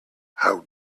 how